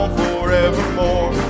forevermore